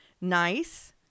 nice